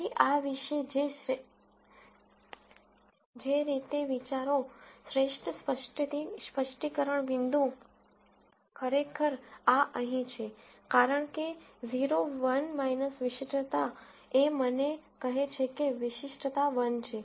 તેથી આ વિશે જે રીતે વિચારો શ્રેષ્ઠ સ્પષ્ટીકરણ સ્પષ્ટીકરણ બિંદુ ખરેખર આ અહીં છે કારણ કે 0 1 - વિશિષ્ટતા એ મને કહે છે કે વિશિષ્ટતા 1 છે